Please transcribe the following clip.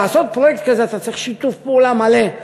בשביל לעשות פרויקט כזה אתה צריך שיתוף פעולה מלא.